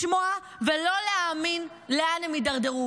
לשמוע ולא להאמין לאן הם הידרדרו.